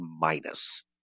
minus